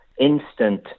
instant